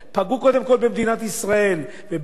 פגעו קודם כול במדינת ישראל, ב.